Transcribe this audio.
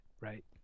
right